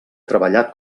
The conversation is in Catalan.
treballat